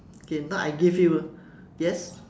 okay now I give you ah yes